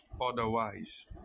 otherwise